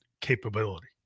capability